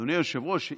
אדוני היושב-ראש,